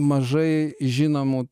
mažai žinomų